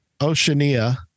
Oceania